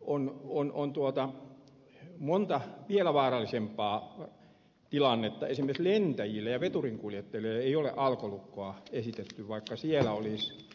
on monta vielä vaarallisempaa tilannetta esimerkiksi lentäjille ja veturinkuljettajille ei alkolukkoa ole esitetty vaikka siellä olisi